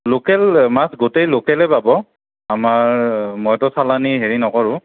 local মাছ গোটেই লোকেলেই পাব আমাৰ মইতো চালানী হেৰি নকৰোঁ